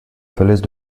falaise